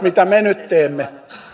arvoisa puhemies